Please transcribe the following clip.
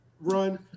run